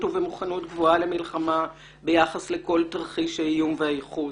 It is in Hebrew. ובמוכנות גבוהה למלחמה ביחס לכל תרחיש האיום והייחוס.